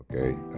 Okay